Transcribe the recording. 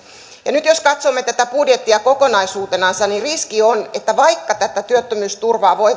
ja nyt jos katsomme tätä budjettia kokonaisuutenansa niin riski on että vaikka työttömyysturvaa